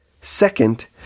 Second